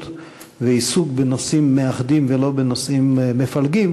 ועיסוק בנושאים מאחדים ולא בנושאים מפלגים.